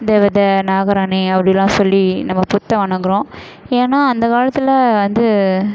தேவதை நாகராணி அப்படிலாம் சொல்லி நம்ம புற்றை வணங்கிறோம் ஏன்னால் அந்த காலத்தில் வந்து